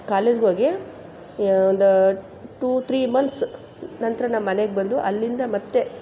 ಕಾಲೇಜ್ಗೋಗಿ ಯ ಒಂದು two three months ನಂತರ ನಮ್ಮ ಮನೆಗೆ ಬಂದು ಅಲ್ಲಿಂದ ಮತ್ತೆ